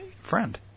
friend